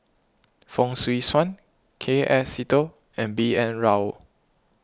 Fong Swee Suan K F Seetoh and B N Rao